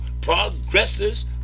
progresses